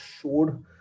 showed